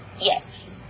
Yes